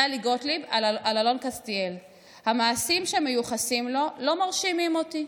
טלי גוטליב על אלון קסטיאל: "המעשים שמיוחסים לו לא מרשימים אותי.